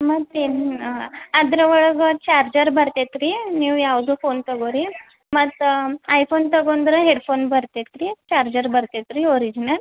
ಮತ್ತಿನ್ನು ಅದರ ಒಳಗೆ ಚಾರ್ಜರ್ ಬರ್ತೈತೆ ರೀ ನೀವು ಯಾವ್ದೇ ಫೋನ್ ತೊಗೊಳಿ ಮತ್ತೆ ಐಫೋನ್ ತಗೊಂಡ್ರೆ ಹೆಡ್ಫೋನ್ ಬರ್ತೈತೆ ರೀ ಚಾರ್ಜರ್ ಬರ್ತೈತೆ ರೀ ಒರಿಜಿನಲ್